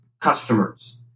customers